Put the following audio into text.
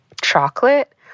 chocolate